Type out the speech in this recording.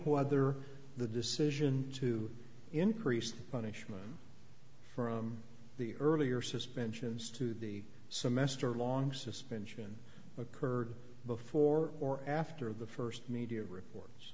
whether the decision to increase the punishment from the earlier suspensions to the semester long suspension occurred before or after the first media reports